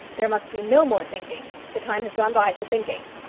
there must be no more thinking. the time has gone by for thinking.